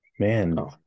Man